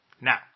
Now